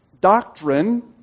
doctrine